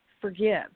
forgive